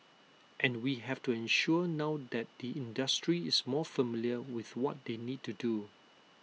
and we have to ensure now that the industry is more familiar with what they need to do